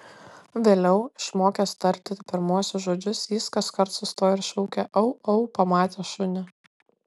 vėliau išmokęs tarti pirmuosius žodžius jis kaskart sustoja ir šaukia au au pamatęs šunį